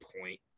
point